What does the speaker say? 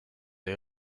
are